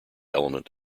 element